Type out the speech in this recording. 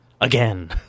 again